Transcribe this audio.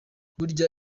burya